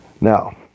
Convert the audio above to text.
Now